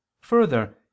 further